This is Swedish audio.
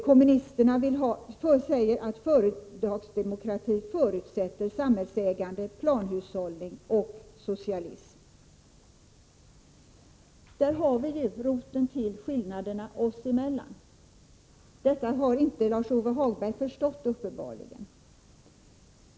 Kommunisterna 21 säger att företagsdemokrati förutsätter samhällsägande, planhushållning och socialism. Där har vi roten till skillnaderna oss emellan. Detta har Lars-Ove Hagberg uppenbarligen inte förstått.